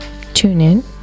TuneIn